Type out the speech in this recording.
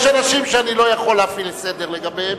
יש אנשים שאני לא יכול להפעיל סדר לגביהם,